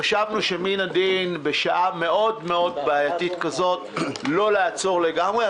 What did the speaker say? חשבנו שמן הדין בשעה מאוד בעייתית כזאת לא לעצור לגמרי.